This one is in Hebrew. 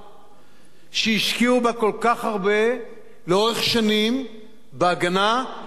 שהשקיעו בה כל כך הרבה לאורך שנים בהגנה פסיבית,